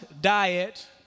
diet